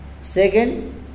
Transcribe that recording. Second